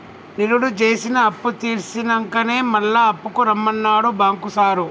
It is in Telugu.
నిరుడు జేసిన అప్పుతీర్సినంకనే మళ్ల అప్పుకు రమ్మన్నడు బాంకు సారు